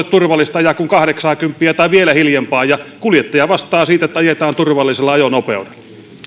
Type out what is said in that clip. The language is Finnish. turvallista ajaa kuin kahdeksaakymppiä tai vielä hiljempaa kuljettaja vastaa siitä että ajetaan turvallisella ajonopeudella